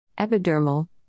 Epidermal